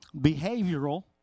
Behavioral